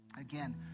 again